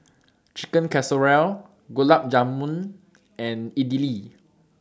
Chicken Casserole Gulab Jamun and Idili